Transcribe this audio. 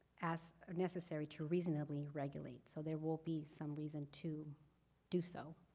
as necessary to reasonably regulate. so there will be some reason to do so.